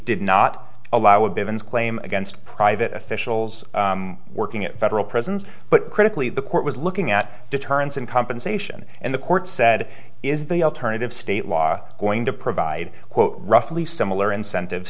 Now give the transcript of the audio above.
did not allow a binns claim against private officials working at federal prisons but critically the court was looking at deterrence and compensation and the court said is the alternative state law going to provide roughly similar incentive